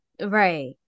Right